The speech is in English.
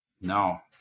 No